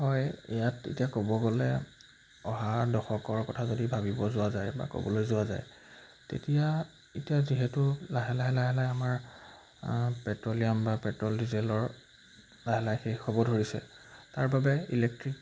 হয় ইয়াত এতিয়া ক'ব গ'লে অহা দশকৰ কথা যদি ভাবিব যোৱা যায় বা ক'বলৈ যোৱা যায় তেতিয়া এতিয়া যিহেতু লাহে লাহে লাহে লাহে আমাৰ পেট্ৰলিয়াম বা পেট্ৰল ডিজেলৰ লাহে লাহে শেষ হ'ব ধৰিছে তাৰ বাবে ইলেক্ট্ৰিক